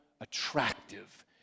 attractive